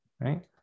right